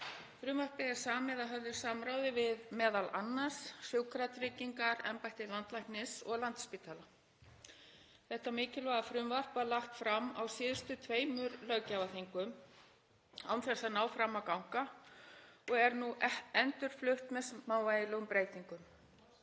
Frumvarpið er samið að höfðu samráði við m.a. Sjúkratryggingar Íslands, embættis landlæknis og Landspítala. Þetta mikilvæga frumvarp var lagt fram á síðustu tveimur löggjafarþingum án þess að ná fram að ganga og er nú endurflutt með smávægilegum breytingum.